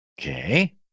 Okay